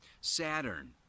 Saturn